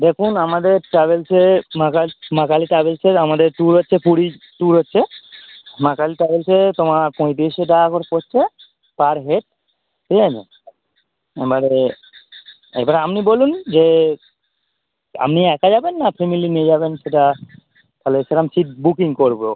দেখুন আমাদের ট্রাভেলসে মাকা মা কালী ট্রাভেলসের আমাদের ট্যুর হচ্ছে পুরীর ট্যুর হচ্ছে মা কালী ট্রাভেলসে তোমার পঁয়তিরিশশো টাকা করে পড়ছে পার হেড ঠিক আছে এবারে এবারে আপনি বলুন যে আপনি একা যাবেন না ফ্যামিলি নিয়ে যাবেন সেটা তাহলে সেরকম সিট বুকিং করবো